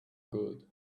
good